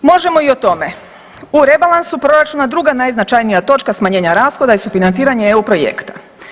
Možemo i o tome, u rebalansu proračuna druga najznačajnija točka smanjenja rashoda je sufinanciranje eu projekta.